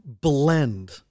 blend